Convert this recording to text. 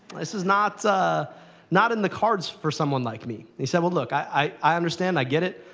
this is not not in the cards for someone like me. he said, well, look, i i understand. i get it.